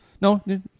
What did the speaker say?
No